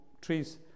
trees